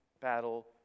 battle